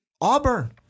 Auburn